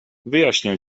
wyjaśnię